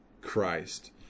Christ